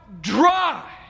dry